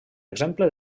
exemple